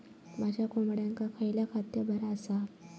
माझ्या कोंबड्यांका खयला खाद्य बरा आसा?